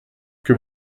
que